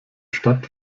stadt